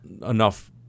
enough